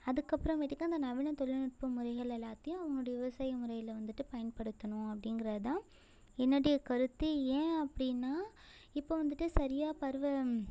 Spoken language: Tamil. அதுக்கப்பறமேட்டுக்கு அந்த நவீன தொழில்நுட்ப முறைகள் எல்லாத்தையும் அவுங்களுடைய விவசாய முறையில் வந்துட்டு பயன்படுத்தணும் அப்படிங்கிறது தான் என்னுடைய கருத்து ஏன் அப்படினா இப்போ வந்துட்டு சரியா பருவ